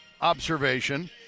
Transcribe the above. observation